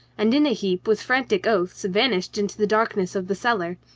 and in a heap with frantic oaths vanished into the darkness of the cellar.